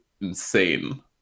insane